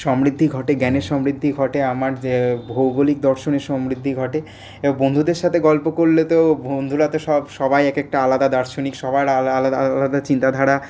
সমৃদ্ধি ঘটে জ্ঞানের সমৃদ্ধি ঘটে আমার ভৌগলিক দর্শনের সমৃদ্ধি ঘটে এবং বন্ধুদের সাথে গল্প করলে তো বন্ধুরা তো সবাই একেকটা আলাদা দার্শনিক সবার আলাদা আলাদা চিন্তাধারা